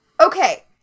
Okay